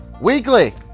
weekly